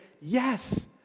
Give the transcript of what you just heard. yes